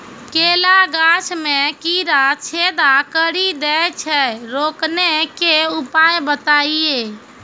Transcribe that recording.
केला गाछ मे कीड़ा छेदा कड़ी दे छ रोकने के उपाय बताइए?